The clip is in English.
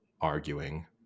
arguing